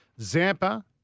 Zampa